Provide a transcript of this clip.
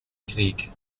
krieg